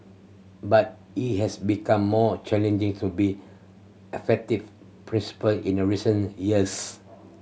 but it has become more challenging to be effective principal in a recent years